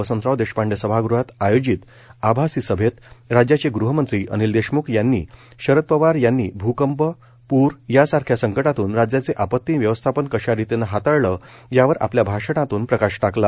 वसंतराव देशपांडे सभागृहात आयोजित आभासी सभेत राज्याचे गृहमंत्री अनिल देशमुख यांनी शरद पवार यांनी भुकंप पूर यासारख्या संकटातून राज्याचे आपति व्यवस्थापन कशा रितीने हाताळले यावर आपल्या भाषणातून प्रकाश टाकला